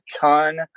ton